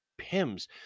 pims